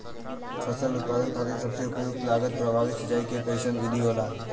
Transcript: फसल उत्पादन खातिर सबसे उपयुक्त लागत प्रभावी सिंचाई के कइसन विधि होला?